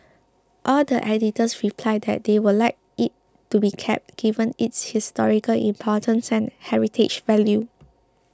all the editors replied that they would like it to be kept given its historical importance and heritage value